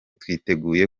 twiteguye